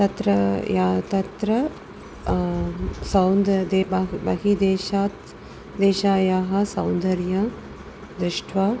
तत्र या तत्र सौन्द देब बहिः देशात् देशस्य सौन्दर्यं दृष्ट्वा